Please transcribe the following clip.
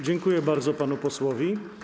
Dziękuję bardzo panu posłowi.